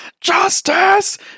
justice